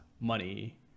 money